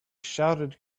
shouted